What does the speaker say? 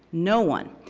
no one.